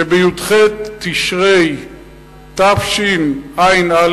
שבי"ח תשרי תשע"א,